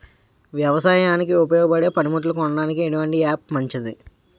వ్యవసాయానికి ఉపయోగపడే పనిముట్లు కొనడానికి ఎటువంటి యాప్ మంచిది?